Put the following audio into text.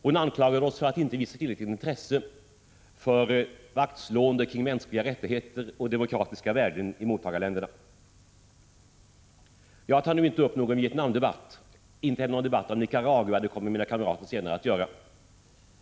Hon anklagade oss för att inte visa tillräckligt intresse för vaktslående kring mänskliga rättigheter och demokratiska värden i mottagarländerna. Jag tar nu inte upp någon Vietnamdebatt och inte heller någon debatt om Nicaragua — det kommer mina kamrater att göra senare.